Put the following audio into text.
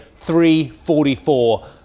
344